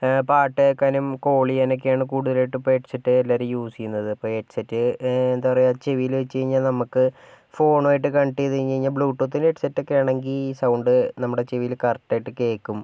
പാട്ട് കേൾക്കാനും കോൾ ചെയ്യാനും ഒക്കെ ആണ് കൂടുതലായിട്ടും ഇപ്പം ഹെഡ്സെറ്റ് എല്ലാവരും യൂസ് ചെയ്യുന്നത് അപ്പം ഹെഡ്സെറ്റ് എന്താ പറയുക ചെവിയില് വെച്ചു കഴിഞ്ഞാൽ നമുക്ക് ഫോണുമായിട്ട് കണക്ട് ചെയ്തു കഴിഞ്ഞ് കഴിഞ്ഞാൽ ബ്ലൂടൂത്തിൻറെ ഹെഡ്സെറ്റ് ആണെങ്കിൽ ഈ സൗണ്ട് നമ്മളുടെ ചെവിയില് കറക്റ്റ് ആയി കേൾക്കും